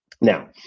Now